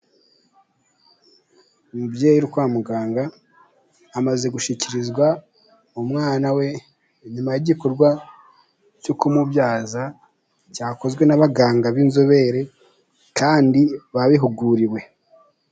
Umubyeyi uri kwa muganga amaze gushyikirizwa umwana we nyuma y'igikorwa cyo kumubyaza, cyakozwe n'abaganga b'inzobere kandi babihuguriwe.